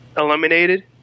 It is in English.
eliminated